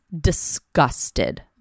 disgusted